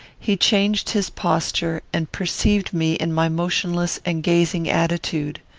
he changed his posture, and perceived me in my motionless and gazing attitude.